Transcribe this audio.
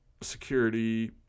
security